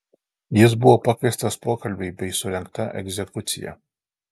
jis buvo pakviestas pokalbiui bei surengta egzekucija